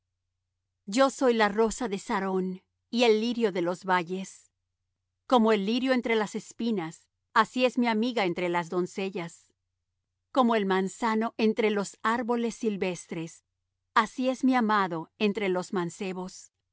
yo soy la rosa de sarón y el lirio de los valles como el lirio entre las espinas así es mi amiga entre las doncellas como el manzano entre los árboles silvestres así es mi amado entre los mancebos